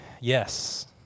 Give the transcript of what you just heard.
Yes